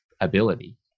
ability